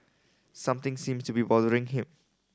something seems to be bothering him